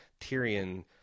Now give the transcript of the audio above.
Tyrion